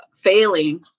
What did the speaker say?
failing